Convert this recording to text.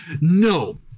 No